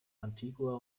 antigua